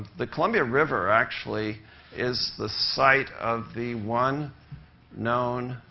the columbia river actually is the site of the one known